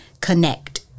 connect